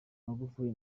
magufuli